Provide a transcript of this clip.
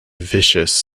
vicious